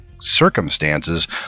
circumstances